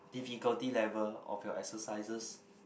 difficulty level of your exercises